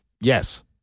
Yes